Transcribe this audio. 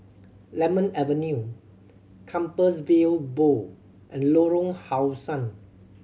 Lemon Avenue Compassvale Bow and Lorong How Sun